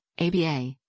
ABA